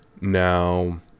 Now